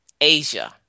Asia